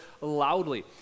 loudly